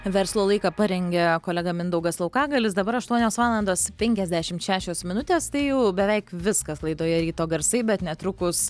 verslo laiką parengė kolega mindaugas laukagalis dabar aštuonios valandos penkiasdešimt šešios minutės tai jau beveik viskas laidoje ryto garsai bet netrukus